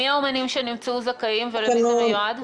מי האומנים שנמצאו זכאיים ולמי זה מיועד?